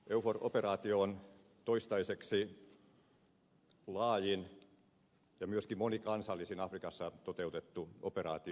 eufor operaatio on toistaiseksi laajin ja myöskin monikansallisin afrikassa toteutettu operaatio